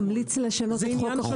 תמליץ לשנות את חוק החוזים.